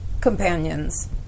companions